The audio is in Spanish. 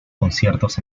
conciertos